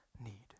need